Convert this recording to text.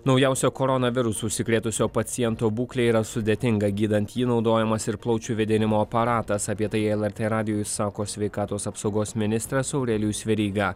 naujausio koronavirusu užsikrėtusio paciento būklė yra sudėtinga gydant jį naudojamas ir plaučių vėdinimo aparatas apie tai lrt radijui sako sveikatos apsaugos ministras aurelijus veryga